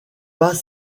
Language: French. pas